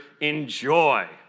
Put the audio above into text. Enjoy